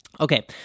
Okay